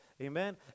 Amen